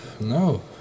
No